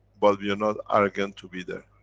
but we are not arrogant to be there.